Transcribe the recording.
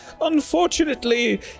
Unfortunately